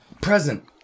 present